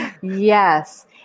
yes